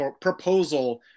proposal